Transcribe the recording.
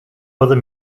other